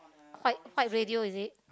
white white radio is it